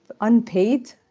unpaid